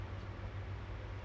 oh she's not